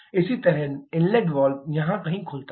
इसी तरह inlet valve यहां कहीं खुलता है